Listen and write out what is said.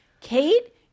Kate